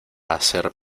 hacer